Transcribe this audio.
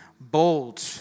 bold